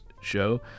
show